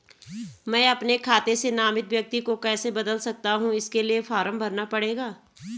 मैं अपने खाते से नामित व्यक्ति को कैसे बदल सकता हूँ इसके लिए फॉर्म भरना पड़ेगा?